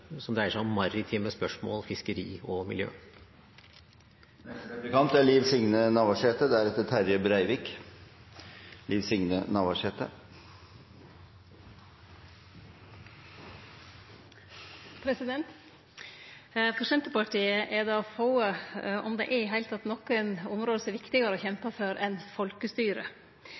som dreier seg om maritime spørsmål, fiskeri og miljø. For Senterpartiet er det få – om det i det heile er nokon – område som det er viktigare å kjempe for enn